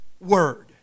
word